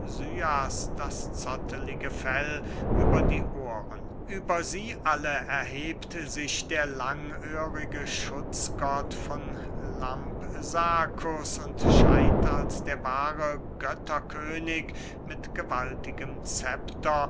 das zottelige fell über die ohren über sie alle erhebt sich der langöhrige schutzgott von lampsakus und scheint als der wahre götterkönig mit gewaltigem zepter